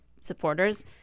supporters